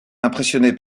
impressionné